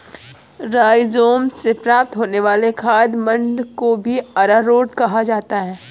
rhizome से प्राप्त होने वाले खाद्य मंड को भी अरारोट ही कहा जाता है